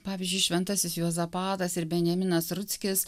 pavyzdžiui šventasis juozapatas ir benjaminas ruckis